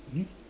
eh